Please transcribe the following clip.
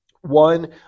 One